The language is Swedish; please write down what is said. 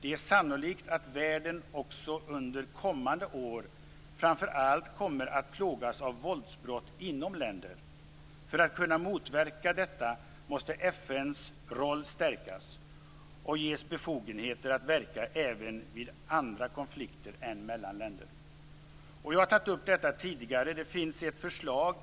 Det är sannolikt att världen också under kommande år framför allt kommer att plågas av våldsbrott inom länder. För att kunna motverka detta måste FN:s roll stärkas och FN ges befogenheter att verka även vid andra konflikter än mellan länder. Jag har tagit upp detta tidigare. Det finns ett förslag